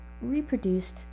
reproduced